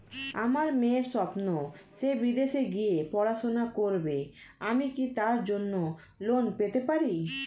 আমার মেয়ের স্বপ্ন সে বিদেশে গিয়ে পড়াশোনা করবে আমি কি তার জন্য লোন পেতে পারি?